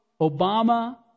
Obama